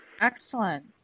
Excellent